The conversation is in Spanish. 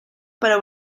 pero